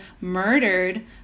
murdered